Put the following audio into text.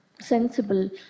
sensible